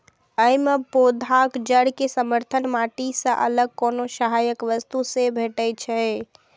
अय मे पौधाक जड़ कें समर्थन माटि सं अलग कोनो सहायक वस्तु सं भेटै छै